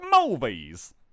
movies